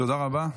תודה רבה.